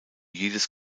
jedes